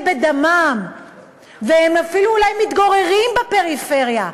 בדמם והם אפילו אולי מתגוררים בפריפריה,